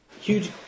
Huge